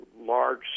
large